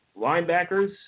linebackers